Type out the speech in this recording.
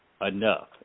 Enough